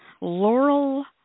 Laurel